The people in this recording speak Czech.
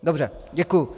Dobře, děkuji.